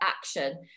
action